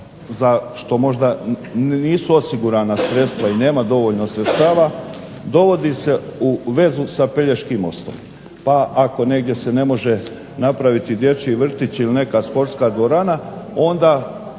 za što možda nisu osigurana sredstva i nema dovoljno sredstava dovodi se u vezu sa Pelješkim mostom. Pa ako negdje se ne može napraviti dječji vrtić ili neka sportska dvorana onda